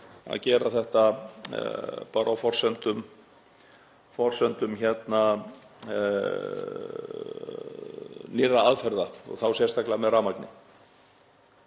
að gera þetta bara á forsendum nýrra aðferða og þá sérstaklega með rafmagni.